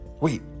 Wait